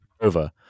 over